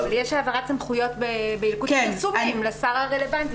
יש העברת סמכויות בילקוט הפרסומים לשר הרלוונטי.